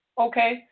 okay